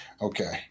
Okay